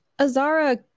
Azara